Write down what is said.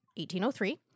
1803